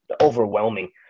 overwhelming